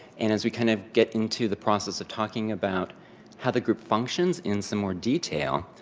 and as we kind of get into the process of talking about how the group functions in some more detail,